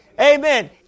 Amen